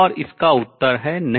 और इसका उत्तर है नहीं